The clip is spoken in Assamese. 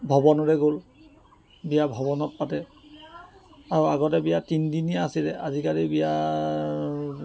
ভৱনলৈ গ'ল বিয়া ভৱনত পাতে আৰু আগতে বিয়া তিনিদিনিয়া আছিলে আজিকালি বিয়া